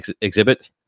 exhibit